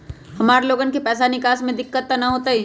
हमार लोगन के पैसा निकास में दिक्कत त न होई?